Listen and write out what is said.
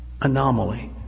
Anomaly